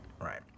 right